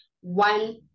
one